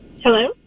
Hello